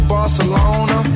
Barcelona